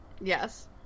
Yes